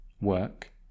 Work